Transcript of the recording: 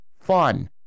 fun